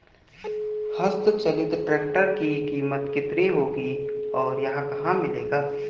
हस्त चलित ट्रैक्टर की कीमत कितनी होगी और यह कहाँ मिलेगा?